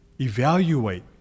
Evaluate